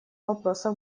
вопроса